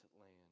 land